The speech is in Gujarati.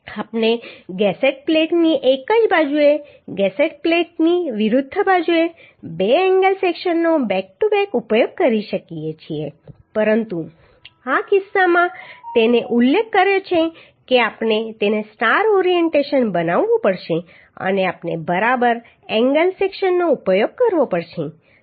આપણે ગસેટ પ્લેટની એક જ બાજુએ ગસેટ પ્લેટની વિરુદ્ધ બાજુએ 2 એંગલ સેક્શનનો બેક ટુ બેક ઉપયોગ કરી શકીએ છીએ પરંતુ આ કિસ્સામાં તેણે ઉલ્લેખ કર્યો છે કે આપણે તેને સ્ટાર ઓરિએન્ટેશન બનાવવું પડશે અને આપણે બરાબર એંગલ સેક્શનનો ઉપયોગ કરવો પડશે